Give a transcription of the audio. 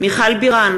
מיכל בירן,